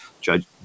judge